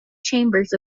chambers